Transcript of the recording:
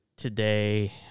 Today